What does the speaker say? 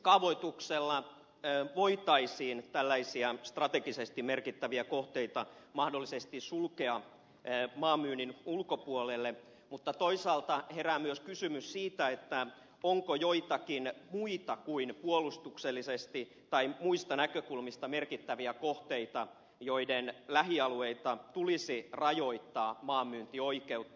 kaavoituksella voitaisiin tällaisia strategisesti merkittäviä kohteita mahdollisesti sulkea maanmyynnin ulkopuolelle mutta toisaalta herää myös kysymys siitä onko joitakin muita kuin puolustuksellisesti tai muista näkökulmista merkittäviä kohteita joiden lähialueilta tulisi rajoittaa maanmyyntioikeutta